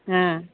हँ